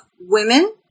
women